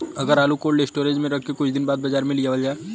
अगर आलू cold storage में रख के कुछ दिन बाद बाजार में लियावल जा?